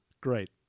Great